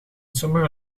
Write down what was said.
sommige